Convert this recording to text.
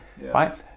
right